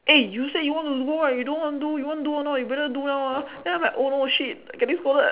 eh you say you want to go right you don't want to do you want do or not you better do now ah then I'm like oh shit I'm getting scolded